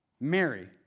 Mary